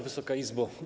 Wysoka Izbo!